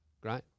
Great